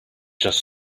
just